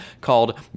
called